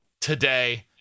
today